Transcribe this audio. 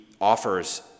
offers